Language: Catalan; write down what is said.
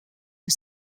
que